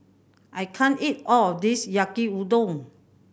I can't eat all of this Yaki Udon